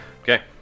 Okay